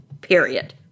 period